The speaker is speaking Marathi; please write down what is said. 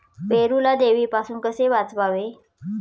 पेरूला देवीपासून कसे वाचवावे?